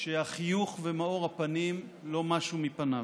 שהחיוך ומאור הפנים לא משו מפניו.